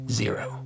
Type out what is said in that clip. zero